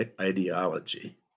ideology